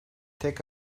tek